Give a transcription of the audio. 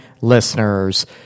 Listeners